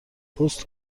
پست